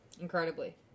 Incredibly